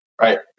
right